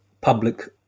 public